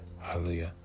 Hallelujah